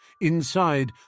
Inside